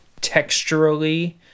texturally